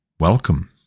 Welcome